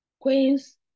queens